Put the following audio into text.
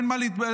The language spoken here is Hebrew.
אין מה להתבלבל.